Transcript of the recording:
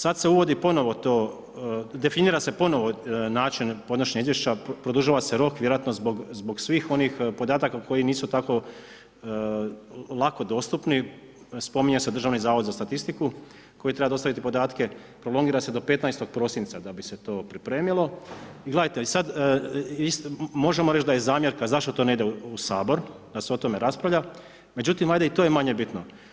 Sada se uvodi ponovno to, definira se ponovno način podnošenja izvješća, produžuje se rok vjerojatno zbog svih onih podataka, koji nisu tako lako dostupni, spominje se Državni zavod za statistiku, koji treba dostaviti podatke, prolongira se do 15. prosinca da bi se to pripremilo i gledajte, sada, možemo reći da je zamjerka zašto to ne ide u Sabor, da se o tome raspravlja, međutim, i to je manje bitno.